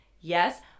Yes